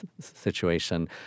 situation